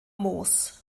moos